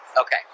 Okay